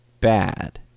bad